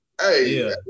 Hey